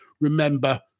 remember